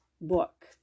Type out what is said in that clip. book